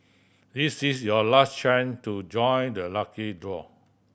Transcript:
this is your last chance to join the lucky draw